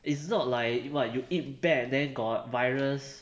it's not like [what] you eat bat then got virus